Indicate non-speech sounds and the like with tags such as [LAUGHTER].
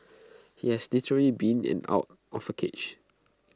[NOISE] he has literally been in and out of A cage